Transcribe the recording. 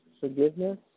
forgiveness